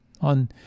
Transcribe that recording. on